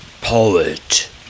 Poet